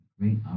great